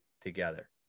together